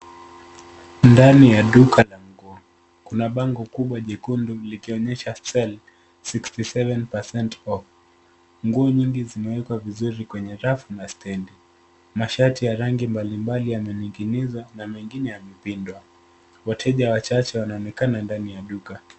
Ndani ya duka la nguo, kuna bango kubwa jekundu likionyesha sale sixty seven percent off . Nguo nyingi zimewekwa vizuri kwenye rafu na stendi. Mashati ya rangi mbalimbali yamening'inizwa na mengine yamepindwa. Wateja wachache wanaonekana ndani ya duka.